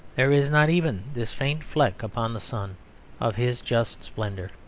there is not even this faint fleck upon the sun of his just splendour.